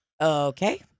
Okay